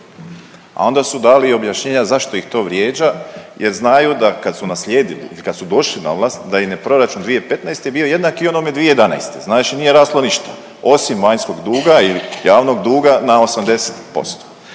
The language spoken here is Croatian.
a onda su dali objašnjenja zašto ih to vrijeđa jer znaju da kad su naslijedili i kad su došli na vlast da im je proračun 2015. bio jednak i onome 2011. znači nije raslo ništa osim vanjskog duga ili javnog duga na 80%.